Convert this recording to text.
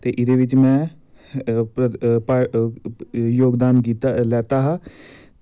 ते इह्दे बिच्च में जोगदान लैत्ता हा